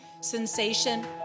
sensation